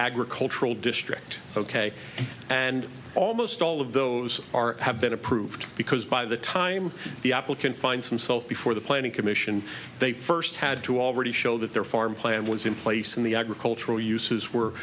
agricultural district ok and almost all of those are have been approved because by the time the apple can find some self before the planning commission they first had to already show that their farm plan was in place in the agricultural uses were